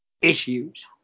issues